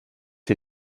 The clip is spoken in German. bei